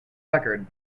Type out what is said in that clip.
record